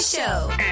Show